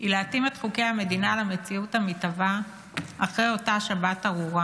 היא להתאים את חוקי המדינה למציאות המתהווה אחרי אותה שבת ארורה,